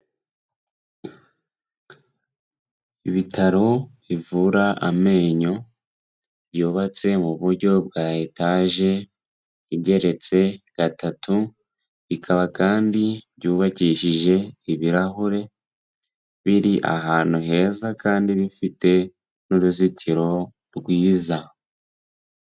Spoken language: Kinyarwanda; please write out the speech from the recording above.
Ibitaro bivura amenyo, byubatse mu buryo bwa etaje igeretse gatatu, bikaba kandi byubakishije ibirahure, biri ahantu heza kandi bifite n'uruzitiro rwiza.